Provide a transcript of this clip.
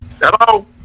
Hello